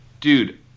dude